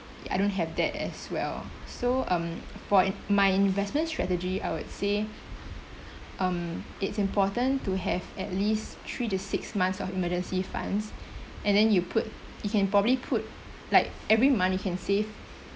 I don't have that as well so um for my investment strategy I would say um it's important to have at least three to six months of emergency funds and then you put you can probably put like every month you can save